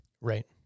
Right